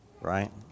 Right